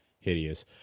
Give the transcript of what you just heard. hideous